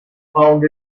found